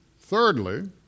Thirdly